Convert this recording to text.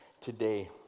today